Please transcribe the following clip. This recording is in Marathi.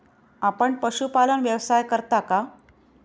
आपण पशुपालन व्यवसाय करता का?